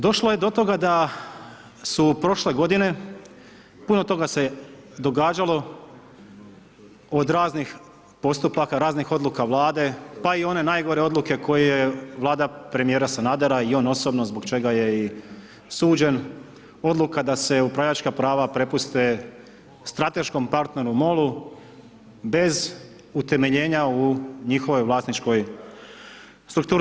Došlo je do toga da su prošle godine puno toga se događalo od raznih postupaka, raznih odluka Vlade, pa i one najgore odluke koje Vlada premijera Sanadera i on osobno zbog čega je i suđen odluka da se upravljačka prava prepuste strateškom partneru MOL-u bez utemeljenja u njihovoj vlasničkoj strukturi.